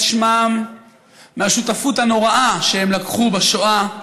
שמם מהשותפות הנוראה שהם לקחו בשואה,